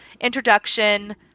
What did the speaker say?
introduction